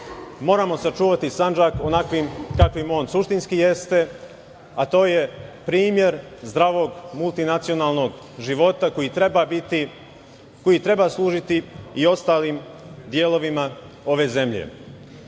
moramo sačuvati Sandžak onakvim kakvim on suštinski jeste, a to je primer zdravog multinacionalnog života koji treba služiti i ostalim delovima ove zemlje. Danas